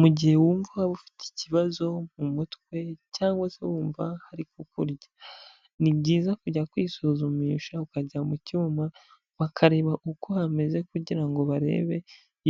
Mu gihe wumva waba ufite ikibazo mu mutwe cyangwa se wumva hari kukurya, ni byiza kujya kwisuzumisha ukajya mu cyuma, bakareba uko hameze kugira ngo barebe